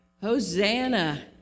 Hosanna